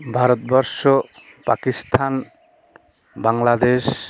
Bharatvarsha Pakistan Bangladesh